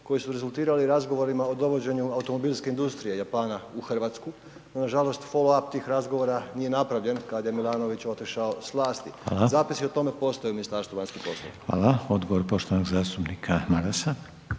koji su rezultirali razgovorima o dovođenju automobilske industrije Japana u Hrvatsku no nažalost .../Govornik se ne razumije./... tih razgovora nije napravljen kad je Milanović otišao s vlasti. Zapisi o tome postoje u Ministarstvu vanjskih poslova. **Reiner, Željko (HDZ)** Hvala. Odgovor poštovanog zastupnika Marasa.